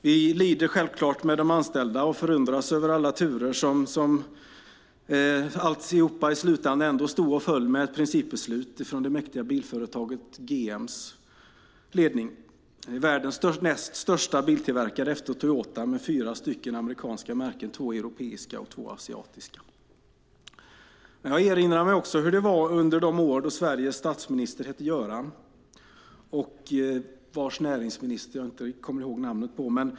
Vi lider självklart med de anställda och förundras över alla turer som ändå i slutändan stod och föll med ett principbeslut från det mäktiga bilföretaget GM:s ledning, världens näst största biltillverkare efter Toyota med fyra amerikanska märken, två europeiska och två asiatiska. Men jag erinrar mig också hur det var under de år då Sveriges statsminister hette Göran och hade en näringsminister som jag inte riktigt kommer ihåg namnet på.